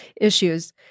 issues